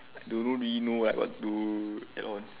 don't know don't really know what to add on